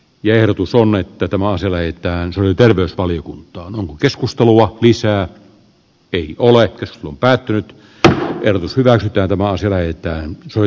ja erotus on että tämä asia leipäänsä terveysvaliokuntaan on keskustelun lisää ei ole kyse on päättynyt tai erotus hyvä käydä vaasi väittää soi